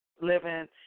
living